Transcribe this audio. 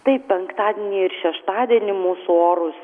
taip penktadienį ir šeštadienį mūsų orus